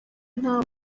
nta